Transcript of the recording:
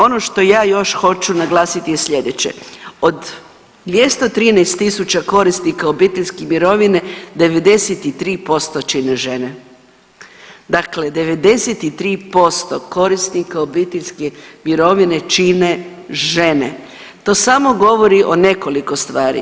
Ono što ja još hoću naglasiti je slijedeće, od 213 tisuća korisnika obiteljske mirovine 93% čine žene, dakle 93% korisnika obiteljske mirovine čine žene, to samo govori o nekoliko stvari.